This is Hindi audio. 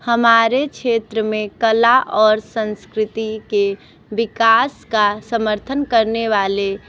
हमारे क्षेत्र में कला और संस्कृति के विकास का समर्थन करने वाले